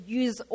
use